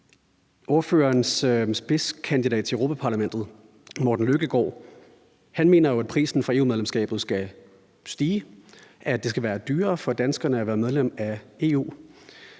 Ordførerens partis spidskandidattil Europa-Parlamentet, Morten Løkkegaard, mener jo, at prisen for EU-medlemskabet skal stige, altså at det skal være dyrere for danskerne at være medlem af EU.